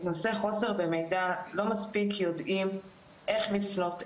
נושא חוסר במידע לא מספיק יודעים איך לפנות,